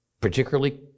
particularly